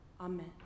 amen